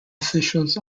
officials